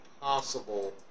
possible